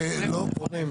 אבל הם משקרים.